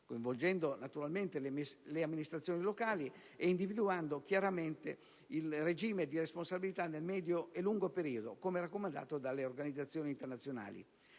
coinvolgendo naturalmente le amministrazioni locali ed individuando chiaramente il regime di responsabilità nel medio e lungo periodo, come raccomandato dalle organizzazioni internazionali.